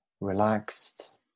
relaxed